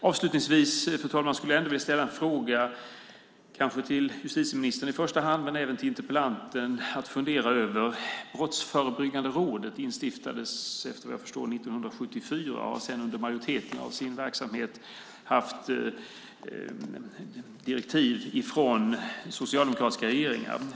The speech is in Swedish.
Avslutningsvis, fru talman, skulle jag vilja ställa en fråga, kanske i första hand till justitieministern men även till interpellanten att fundera över. Brottsförebyggande rådet instiftades efter vad jag förstår 1974 och har sedan under majoriteten av sin verksamhetstid haft direktiv från socialdemokratiska regeringar.